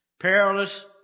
Perilous